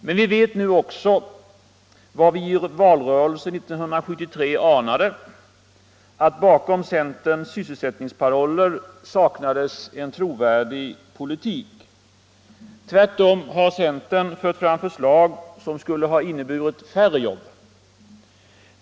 Men vi vet nu också — vad vi i valrörelsen 1973 anade — att bakom centerns sysselsättningsparoller saknades en trovärdig politik. Tvärtom har centern fört fram förslag, som skulle ha inneburit färre jobb.